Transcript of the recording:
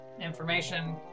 information